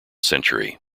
century